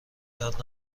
درد